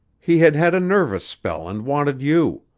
he had had a nervous spell and wanted you.